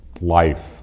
Life